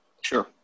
sure